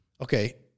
Okay